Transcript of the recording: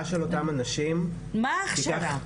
של אותם אנשים ייקח --- מה הכשרה?